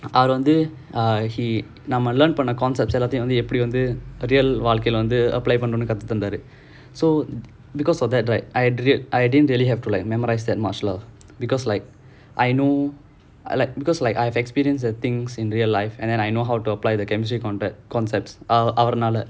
அவர் வந்து:avar vanthu uh he நம்ம:namma learn பண்ற:pandra concepts எல்லாத்தையும் வந்து எப்பிடி:ellaathaiyum vanthu eppidi real வாழ்க்கைல வந்து:vazhkaila vanthu apply பண்றோம்னு கத்து தந்தாரு:pandromnu kaththu thanthaaru so because of that right I di~ I didn't really have to like memorise that much lah because like I know I like because like I've experienced the things in real life and then I know how to apply the chemistry concept concepts அவர் நால:avar naala